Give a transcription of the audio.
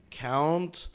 count